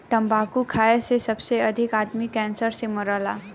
तम्बाकू खाए से सबसे अधिक आदमी कैंसर से मरला